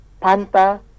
panta